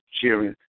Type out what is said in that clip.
cheering